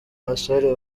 amashuri